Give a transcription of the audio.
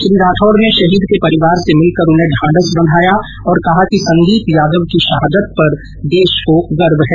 श्री राठौड ने शहीद के परिवार से मिलकर उन्हें ढांढस बंधाया और कहा कि संदीप यादव की शाहदत पर देश को गर्व है